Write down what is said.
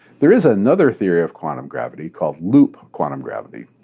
there is another theory of quantum gravity, called loop quantum gravity.